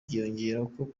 byiyongeraho